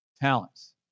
talents